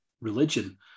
religion